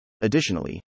Additionally